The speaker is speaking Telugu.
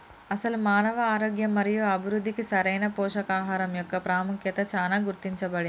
అసలు మానవ ఆరోగ్యం మరియు అభివృద్ధికి సరైన పోషకాహరం మొక్క పాముఖ్యత చానా గుర్తించబడింది